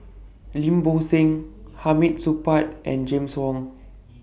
Lim Bo Seng Hamid Supaat and James Wong